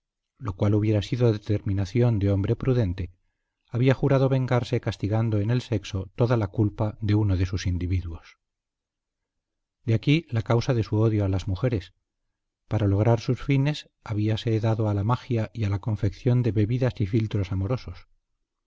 lo cual hubiera sido determinación de hombre prudente había jurado vengarse castigando en el sexo toda la culpa de uno de sus individuos he aquí la causa de su odio a las mujeres para lograr sus fines habíase dado a la magia y a la confección de bebidas y filtros amorosos